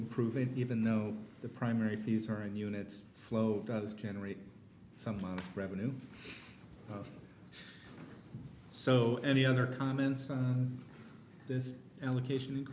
improve it even though the primary fees are and units flow does generate some revenue so any other comments on this allocation